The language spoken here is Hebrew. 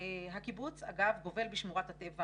הקיבוץ, אגב, גובל בשמורת הטבע